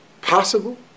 possible